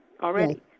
already